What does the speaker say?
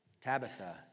Tabitha